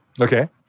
Okay